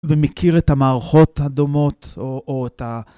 ומכיר את המערכות הדומות או את ה...